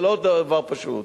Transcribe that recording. זה לא דבר פשוט.